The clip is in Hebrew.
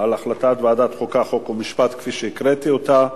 על החלטת ועדת חוקה, חוק ומשפט כפי שהקראתי אותה.